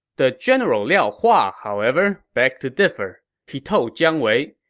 the general liao hua, however, begged to differ. he told jiang wei,